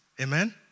Amen